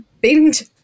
binge